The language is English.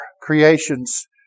creations